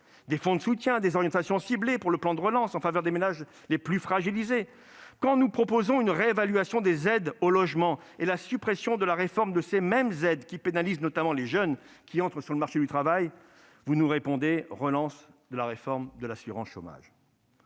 des fonds de soutien, des orientations ciblées pour le plan de relance en faveur des ménages les plus fragilisés. Quand nous proposons une réévaluation des aides au logement et la suppression de la réforme de ces mêmes aides, qui pénalise les jeunes qui entrent sur le marché du travail, vous répondez par la relance de la réforme de l'assurance chômage.